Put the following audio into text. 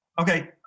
okay